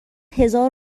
هزار